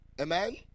Amen